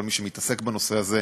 כל מי שמתעסק בנושא הזה,